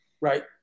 right